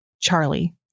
Charlie